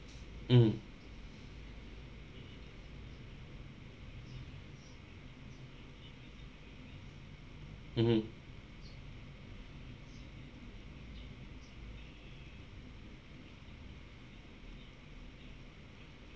mm mmhmm